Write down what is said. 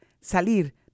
salir